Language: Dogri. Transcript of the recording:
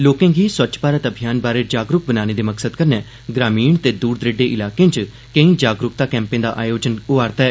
लोकें गी स्वच्छ भारत अभियान बारै जागरूक बनाने दे मकसद कन्नै ग्रामीण ते दूर दरेडे इलाकें च केई जागरूकता कैंपें दा आयोजन कीता जा'रदा ऐ